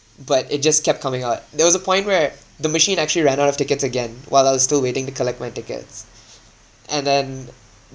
but it just kept coming out there was a point where the machine actually ran out of tickets again while I was still waiting to collect my tickets and then